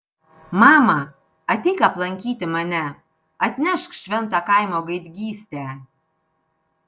mama ateik aplankyti mane atnešk šventą kaimo gaidgystę